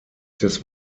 des